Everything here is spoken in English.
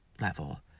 level